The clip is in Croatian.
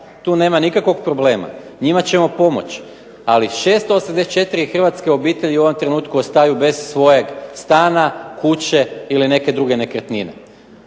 Tu nema nikakvih problema, njima ćemo pomoći, ali 684 hrvatske obitelji u ovom trenutku ostaju bez svojeg stana, kuće ili neke druge nekretnine,